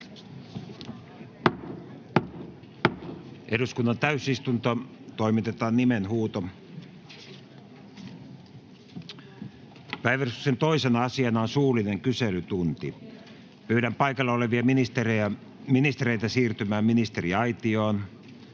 Suullinen kyselytunti Time: N/A Content: Päiväjärjestyksen 2. asiana on suullinen kyselytunti. Pyydän paikalla olevia ministereitä siirtymään ministeriaitioon.